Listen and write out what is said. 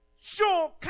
Sure